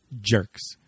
jerks